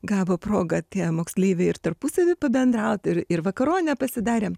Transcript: gavo progą tie moksleiviai ir tarpusavy pabendraut ir ir vakaronę pasidarėm